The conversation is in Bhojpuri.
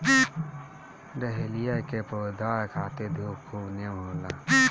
डहेलिया के पौधा खातिर धूप खूब निमन होला